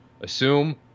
assume